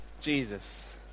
Jesus